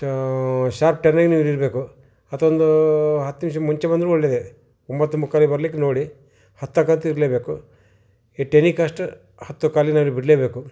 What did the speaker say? sharp ಟೆನ್ನಿಗೆ ನೀವು ಇಲ್ಲಿರಬೇಕು ಅದೊಂದು ಹತ್ತು ನಿಮಿಷ ಮುಂಚೆ ಬಂದರೂ ಒಳ್ಳೆಯದೇ ಒಂಬತ್ತು ಮುಕ್ಕಾಲಿಗೆ ಬರ್ಲಿಕ್ಕೆ ನೋಡಿ ಹತ್ತಕ್ಕಂತೂ ಇರಲೇಬೇಕು ಎಟ್ ಎನಿ ಕಾಸ್ಟ್ ಹತ್ತು ಕಾಲಿಗಾದರೂ ಬಿಡಲೇಬೇಕು